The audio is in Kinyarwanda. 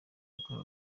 yakorewe